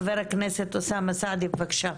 חבר הכנסת אוסאמה סעדי, בבקשה.